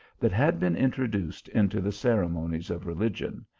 that hud been introduced into the ceremonies of religion,